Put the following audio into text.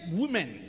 women